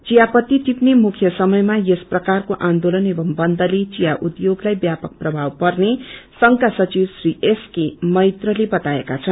विया फ्ती टिप्ने मुख्य समयमा यस प्रकारको आन्दोलन एवं बन्दले चिया उध्योगलाई व्यापक प्रभव पेर्न संघका सचिव श्री एस के मैत्रले बताएका छन्